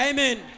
Amen